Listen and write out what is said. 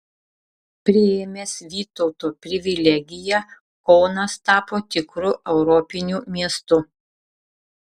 priėmęs vytauto privilegiją kaunas tapo tikru europiniu miestu